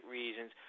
reasons